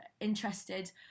interested